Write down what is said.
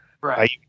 right